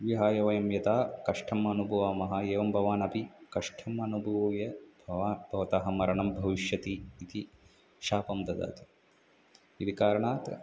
विहाय वयं यथा कष्टम् अनुभवामः एवं भवानपि कष्टम् अनुभूय भवा भवतः मरणं भविष्यति इति शापं ददाति इति कारणात्